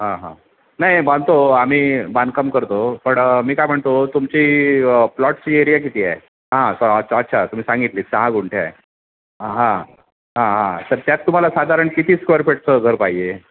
हां हां नाही बांधतो आम्ही बांधकाम करतो पण मी काय म्हणतो तुमची प्लॉटची एरिया किती आहे हां अच्छा अच्छा तुम्ही सांगितली सहा गुंठे आहे हां हां हां तर त्यात तुम्हाला साधारण किती स्क्वेअर फीटचं घर पाहिजे